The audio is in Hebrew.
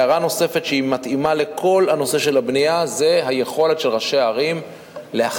הערה נוספת שמתאימה לכל הנושא של הבנייה היא היכולת של ראשי ערים להחליט